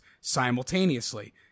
simultaneously